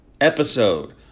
episode